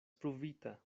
pruvita